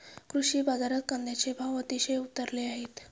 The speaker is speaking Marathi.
कृषी बाजारात कांद्याचे भाव अतिशय उतरले आहेत